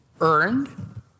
earned